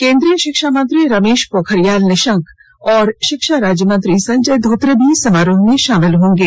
केंद्रीय शिक्षा मंत्री रमेश पोखरियाल निशंक और शिक्षा राज्य मंत्री संजय धोत्रे भी समारोह में शामिल होंगे